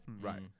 right